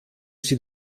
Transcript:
sie